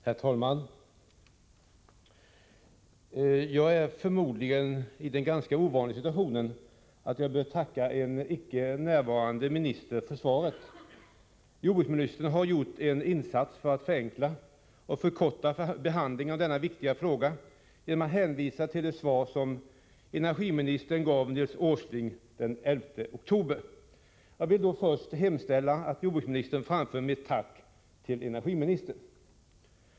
Herr talman! Jag är i den förmodligen ganska ovanliga situationen att jag bör tacka en icke närvarande minister för svaret. Jordbruksministern har gjort en insats för att förenkla och förkorta behandlingen av denna viktiga fråga genom att hänvisa till det svar som energiministern gav Nils Åsling den 11 oktober. Jag vill då först hemställa att jordbruksministern framför mitt tack till energiministern.